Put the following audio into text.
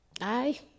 Aye